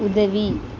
உதவி